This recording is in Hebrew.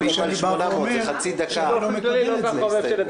וכשאני בא ואומר שלא מקבלים את זה.